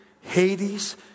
Hades